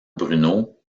bruno